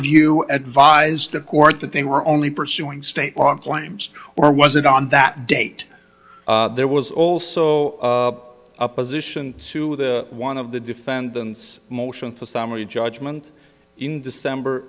view advised the court that they were only pursuing state law claims or was it on that date there was also a position to the one of the defendant's motion for summary judgment in december